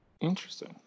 Interesting